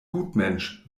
gutmensch